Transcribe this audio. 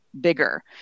bigger